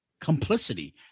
Complicity